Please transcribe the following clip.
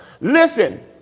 Listen